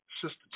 Sister